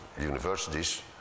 universities